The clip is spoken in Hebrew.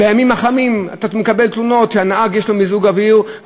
בימים החמים אתה מקבל תלונות שלנהג יש מיזוג אוויר,